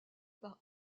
par